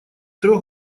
трех